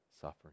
suffering